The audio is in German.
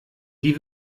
die